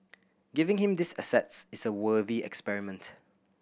giving him these assets is a worthy experiment